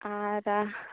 ᱟᱨ